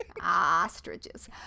Ostriches